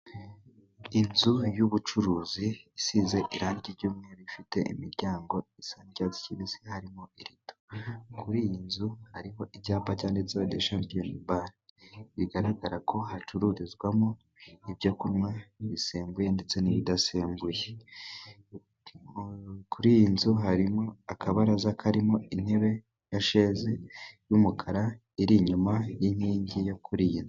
Inzu y'ubucuruzi isize irangi ry'mweru, ifite imiryango y'icyatsi kibisi harimo irido. Kuri iyi nzu harimo ibyapa cyanditseho the champion's bar, bigaragara ko hacururizwamo ibyo kunywa bisembuye ndetse n'ibidasembuye. Kuri iyi nzu harimo akabaraza karimo intebe yasheze y'umukara iri inyuma y'inkingi yo kuri iy'inzu.